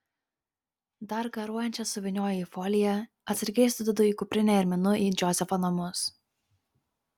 dar garuojančias suvynioju į foliją atsargiai sudedu į kuprinę ir minu į džozefo namus